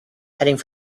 heading